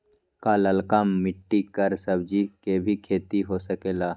का लालका मिट्टी कर सब्जी के भी खेती हो सकेला?